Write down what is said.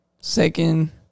second